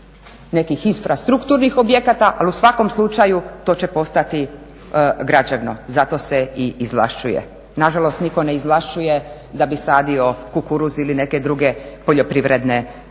nekih infrastrukturnih objekata, ali u svakom slučaju to će postati građevno zato se i izvlašćuje. Nažalost niko ne izvlašćuje da bi sadio kukuruz ili neke druge poljoprivredne kulture.